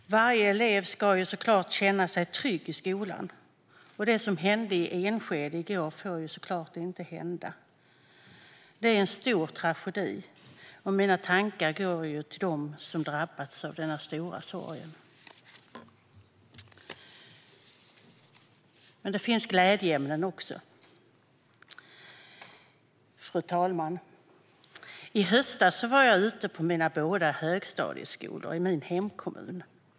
Fru talman! Varje elev ska såklart känna sig trygg i skolan. Det som hände i Enskede i går får inte hända. Det är en stor tragedi, och mina tankar går till dem som har drabbats av denna stora sorg. Fru talman! Men det finns glädjeämnen också. I höstas var jag ute på de båda högstadieskolorna i min hemkommun.